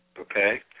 okay